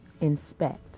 inspect